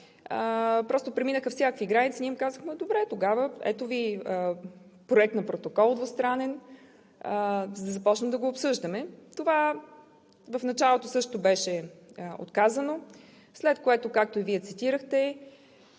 просто преминаха всякакви граници. Ние им казахме – добре тогава, ето Ви проект на двустранен протокол, за да започнем обсъждане. Това в началото също беше отказано, след което както и Вие цитирахте,